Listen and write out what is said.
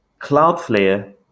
Cloudflare